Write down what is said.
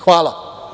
Hvala.